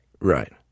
Right